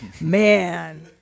Man